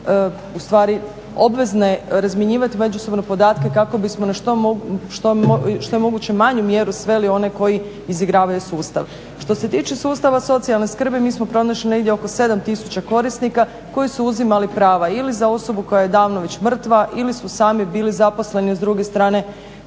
ustvari obvezne razmjenjivati međusobno podatke kako bismo na što je moguće manju mjeru sveli one koji izigravaju sustav. Što se tiče sustava socijalne skrbi mi smo pronašli negdje oko 7000 korisnika koji su uzimali prava ili za osobu koja je davno već mrtva ili su sami bili zaposleni, s druge strane